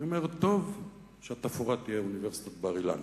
אני אומר, טוב שהתפאורה תהיה אוניברסיטת בר-אילן,